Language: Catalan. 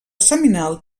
seminal